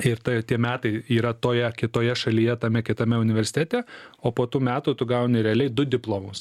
ir ta tie metai yra toje kitoje šalyje tame kitame universitete o po tų metų tu gauni realiai du diplomus